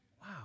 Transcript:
Wow